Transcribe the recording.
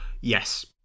yes